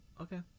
Okay